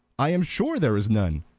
i am sure there is none,